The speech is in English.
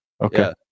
Okay